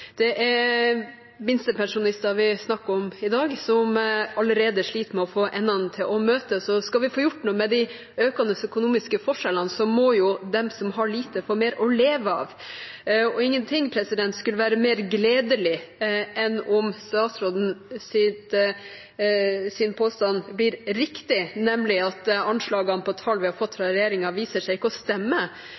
Det er minstepensjonister vi snakker om i dag, som allerede sliter med å få endene til å møtes, og skal vi få gjort noe med de økende økonomiske forskjellene, må jo de som har lite, få mer å leve av. Og ingenting skulle være mer gledelig enn om statsrådens påstand blir riktig, nemlig at anslagene på tall som vi har fått fra regjeringen, viser seg ikke å stemme.